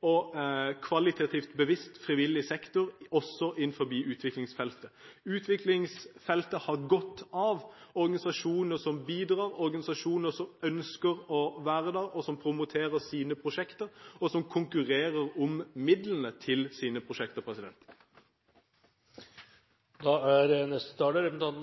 og kvalitativt bevisst frivilligsektor også innenfor utviklingsfeltet. Utviklingsfeltet har godt av organisasjoner som bidrar, som ønsker å være der, som promoterer sine prosjekter, og som konkurrerer om midlene til sine prosjekter. Det som gjenstår etter denne